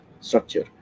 structure